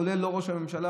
כולל לא ראש הממשלה,